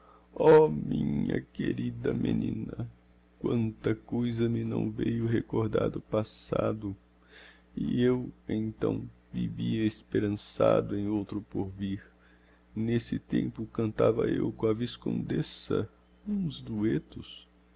minha querida menina quanta coisa me não veiu recordar do passado e eu então vivia esperançado em outro porvir n'esse tempo cantava eu com a viscondessa uns duêtos